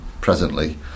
presently